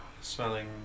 smelling